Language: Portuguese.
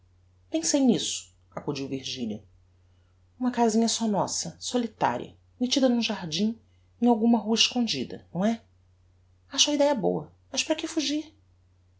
pensei nisso acudiu virgilia uma casinha só nossa solitaria mettida n'um jardim em alguma rua escondida não é acho a idéa boa mas para que fugir